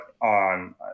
on